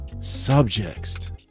subjects